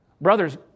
Brothers